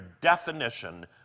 definition